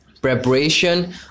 preparation